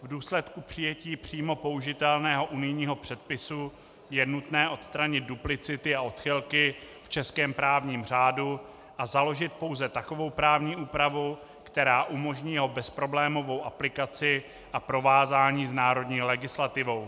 V důsledku přijetí přímo použitelného unijního předpisu je nutné odstranit duplicity a odchylky v českém právním řádu a založit pouze takovou právní úpravu, která umožní jeho bezproblémovou aplikaci a provázání s národní legislativou.